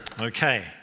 Okay